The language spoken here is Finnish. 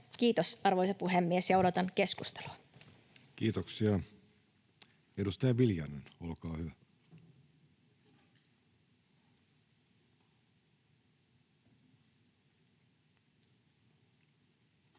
Kiitos, arvoisa puhemies. Odotan keskustelua. Kiitoksia. — Edustaja Viljanen, olkaa hyvä. Arvoisa